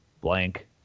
blank